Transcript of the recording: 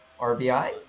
RBI